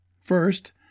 First